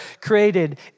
created